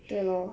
对 lor